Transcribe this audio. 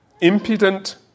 impudent